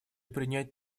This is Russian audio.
принять